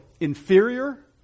inferior